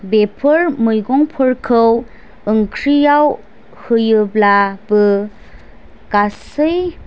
बेफोर मैगंफोरखौ ओंख्रियाव होयोब्लाबो गासै